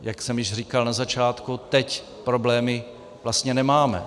Jak jsem již říkal na začátku, teď problémy vlastně nemáme.